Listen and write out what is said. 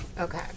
Okay